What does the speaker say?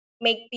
make